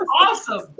awesome